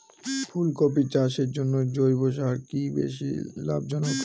ফুলকপি চাষের জন্য জৈব সার কি বেশী লাভজনক?